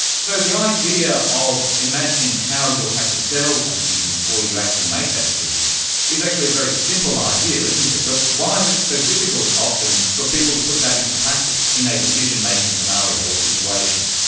so the idea of imagining how you'll have to sell a decision before you actually make that decision is actually a very simple idea, isn't it. but why is it so difficult often for people to put that into practice in a decision-making scenario or situation?